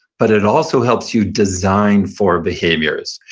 but it also helps you design for behaviors.